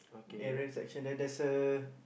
area section there there's a